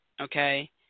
okay